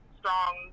strong